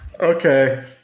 Okay